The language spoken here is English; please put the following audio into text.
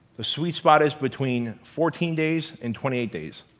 the sweet spot is between fourteen days and twenty eight days.